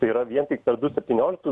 tai yra vien tik per du septynioliktų